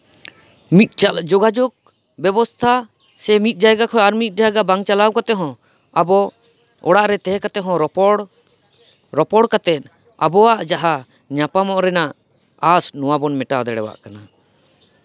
ᱢᱤᱫ ᱪᱟ ᱡᱳᱜᱟᱡᱳᱜᱽ ᱵᱮᱵᱚᱥᱛᱷᱟ ᱥᱮ ᱢᱤᱫ ᱡᱟᱭᱜᱟ ᱠᱷᱚᱱ ᱟᱨ ᱢᱤᱫ ᱡᱟᱭᱜᱟ ᱵᱟᱝ ᱪᱟᱞᱟᱣ ᱠᱟᱛᱮ ᱦᱚᱸ ᱟᱵᱚ ᱚᱲᱟᱜ ᱨᱮ ᱛᱟᱦᱮᱸ ᱠᱟᱛᱮᱜ ᱦᱚᱸ ᱨᱚᱯᱚᱲ ᱨᱚᱯᱚᱲ ᱠᱟᱛᱮᱫ ᱟᱵᱚᱣᱟᱜ ᱡᱟᱦᱟᱸ ᱧᱟᱯᱟᱢᱚᱜ ᱨᱮᱱᱟᱜ ᱟᱥ ᱱᱚᱶᱟ ᱵᱚᱱ ᱢᱮᱴᱟᱣ ᱫᱟᱲᱮᱭᱟᱜ ᱠᱟᱱᱟ